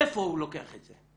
מאיפה הוא לוקח את זה?